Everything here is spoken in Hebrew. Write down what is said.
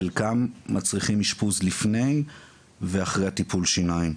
חלקם מצריכים אשפוז לפני ואחרי טיפול השיניים.